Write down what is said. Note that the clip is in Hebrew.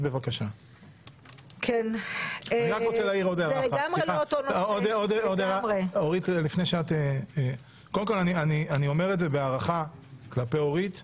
רק עוד הערה אני אומר את זה בהערכה לאורית.